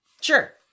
Sure